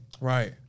Right